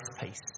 peace